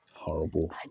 horrible